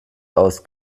aus